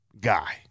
guy